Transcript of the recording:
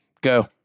Go